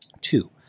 Two